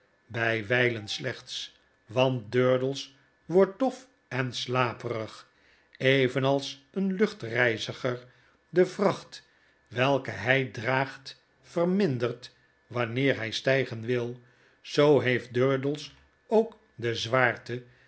by wijlen slechts want durdels wordt dof en slaperig evenalseenluchtreiziger devracht welke hy draagt vermindert wanneer hij stygen wil zoo heeft durdels ook de zwaarte